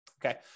Okay